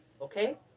okay